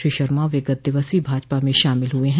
श्री शर्मा विगत दिवस ही भाजपा में शामिल हुए हैं